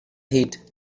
heat